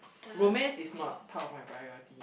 romance is not part of my priority